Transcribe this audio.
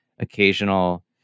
Occasional